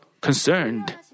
concerned